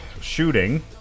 shooting